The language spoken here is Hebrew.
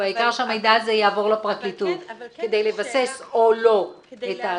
העיקר שהמידע יעבור לפרקליטות כדי לבסס או לא את ההצעה.